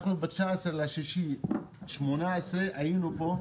אנחנו ב-19 ביוני 2018 היינו פה,